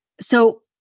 So-